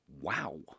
Wow